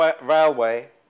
railway